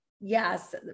yes